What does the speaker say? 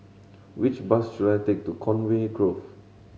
which bus should I take to Conway Grove